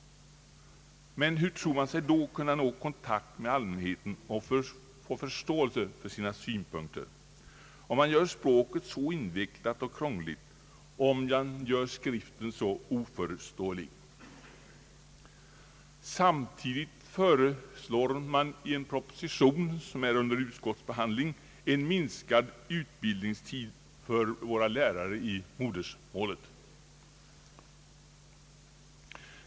Men hur tror man sig då kunna nå kontakt med allmänheten och få förståelse för sina synpunkter om man gör språket invecklat och krångligt och skriften oförståelig? Samtidigt föreslås i en proposition, som är under utskottsbehandling, en minskad utbildningstid för lärare i modersmålet.